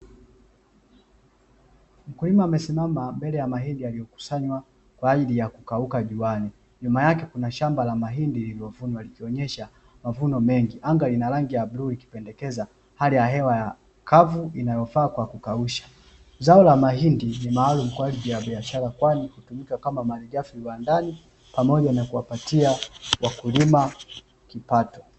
Mkulima amesimama mbele ya mahindi yaliyokusanywa kwa ajili ya kukauka juani, nyuma yake kuna shamba la mahindi lililovunwa, likionyesha mavuno mengi. Anga lina rangi ya bluu likipendekeza, hali ya hewa kavu inayofaa kwa kukausha. Zao la mahindi ni maalumu kwa ajili ya biashara, kwani hutumika kama malighafi viwandani pamoja na kuwapatia wakulima kipato.